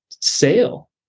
sale